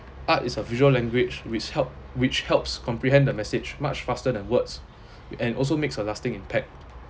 art is a visual language which help which helps comprehend the message much faster than words and also makes a lasting impact